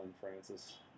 Francis